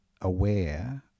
aware